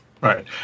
Right